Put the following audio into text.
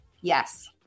Yes